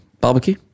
Barbecue